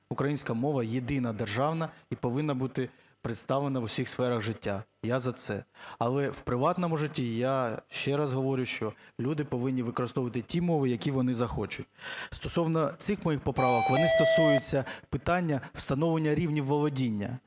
Українська мова – єдина державна і повинна бути представлена у всіх сферах життя, я за це. Але в приватному житті, я ще раз говорю, що люди повинні використовувати ті мови, які вони захочуть. Стосовно цих моїх поправок. Вони стосуються питання встановлення рівня володіння.